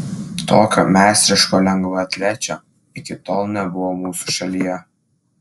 tokio meistriško lengvaatlečio iki tol nebuvo mūsų šalyje